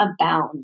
abound